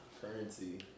Currency